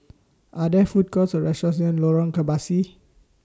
Are There Food Courts Or restaurants near Lorong Kebasi